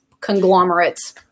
conglomerates